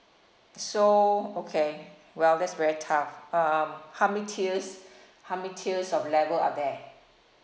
so okay well that's very tough um how many tiers how many tiers of level are there